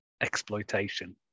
exploitation